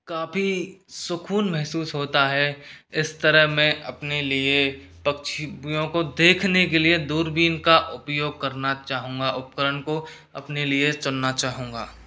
काफ़ी सुकून महसूस होता है इस तरह मैं अपने लिए पक्षियों को देखने के लिए दूरबीन का उपयोग करना चाहूँगा उपकरण को अपने लिए चुनना चाहूँगा